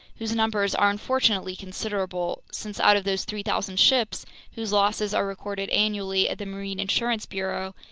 whose numbers are unfortunately considerable, since out of those three thousand ships whose losses are recorded annually at the marine insurance bureau,